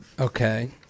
Okay